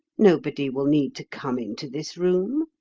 nobody will need to come into this room,